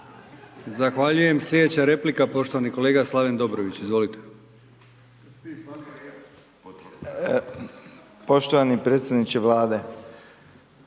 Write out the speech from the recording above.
Zahvaljujem, slijedeća replika poštovani kolega Slaven Dobrović, izvolite. **Dobrović, Slaven